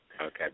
Okay